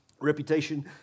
reputation